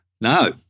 No